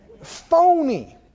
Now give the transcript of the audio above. phony